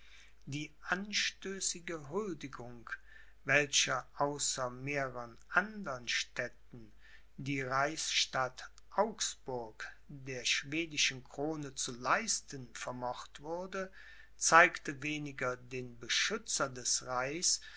die anstößige huldigung welche außer mehrern andern städten die reichsstadt augsburg der schwedischen krone zu leisten vermocht wurde zeigte weniger den beschützer des reichs